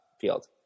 field